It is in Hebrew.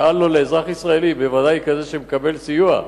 ואל לו לאזרח ישראלי, בוודאי כזה שמקבל סיוע,